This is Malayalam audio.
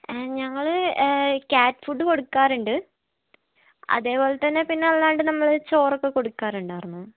ഞങ്ങൾ ക്യാറ്റ് ഫുഡ് കൊടുക്കാറുണ്ട് അതേപോലെതന്നെ പിന്നെ അല്ലാണ്ട് നമ്മൾ ചോറൊക്കെ കൊടുക്കാറുണ്ടായിരുന്നു